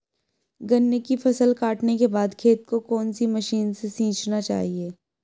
गन्ने की फसल काटने के बाद खेत को कौन सी मशीन से सींचना चाहिये?